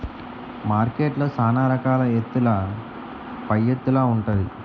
మార్కెట్లో సాన రకాల ఎత్తుల పైఎత్తులు ఉంటాది